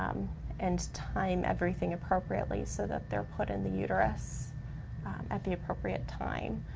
and time everything appropriately so that they're put in the uterus at the appropriate time.